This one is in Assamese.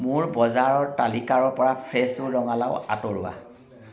মোৰ বজাৰৰ তালিকাৰ পৰা ফ্ৰেছো ৰঙালাও আঁতৰোৱা